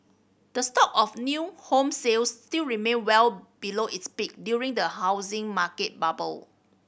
the stock of new home sales still remain well below its peak during the housing market bubble